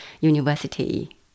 university